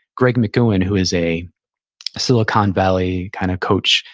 greg mckeown, who is a silicon valley kind of coach,